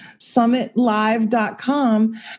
summitlive.com